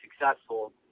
successful